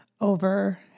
over